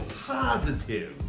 positive